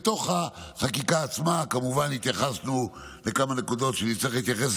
בתוך החקיקה עצמה התייחסנו כמובן לכמה נקודות שנצטרך להתייחס